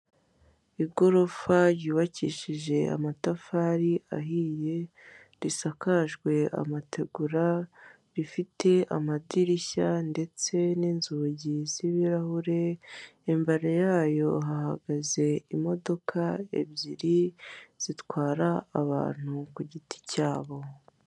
Igorofa ry'ubakishishe amatafari ahiye, risakajwe amategura, rifite amadirishya ndetse n'inzugi z'ibirahure, imbere yayo hahagaze imodoka ebyiri zitwara abantu ku giti cyabo.